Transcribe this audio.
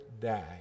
die